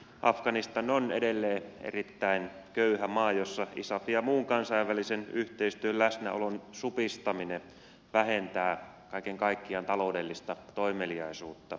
afganistan on edelleen erittäin köyhä maa jossa isafin ja muun kansainvälisen yhteistyön läsnäolon supistaminen vähentää kaiken kaikkiaan taloudellista toimeliaisuutta